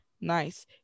nice